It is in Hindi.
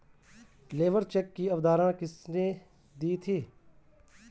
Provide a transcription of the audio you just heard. लेबर चेक की अवधारणा किसने दी थी?